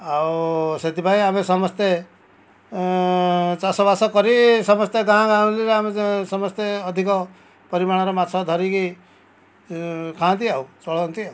ଆଉ ସେଥିପାଇଁ ଆମେ ସମସ୍ତେ ଚାଷବାସ କରି ସମସ୍ତେ ଗାଁ ଗାଉଁଲୀରେ ଆମେ ସମସ୍ତେ ଅଧିକ ପରିମାଣରେ ମାଛ ଧରିକି ଖାଆନ୍ତି ଆଉ ଚଳନ୍ତି ଆଉ